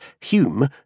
Hume